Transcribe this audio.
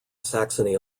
saxony